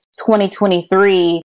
2023